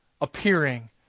appearing